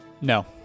No